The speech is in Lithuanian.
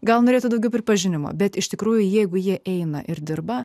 gal norėtų daugiau pripažinimo bet iš tikrųjų jeigu jie eina ir dirba